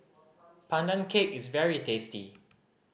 Pandan Cake is very tasty